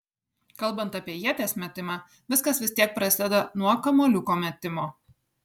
kalbant apie ieties metimą viskas vis tiek prasideda nuo kamuoliuko metimo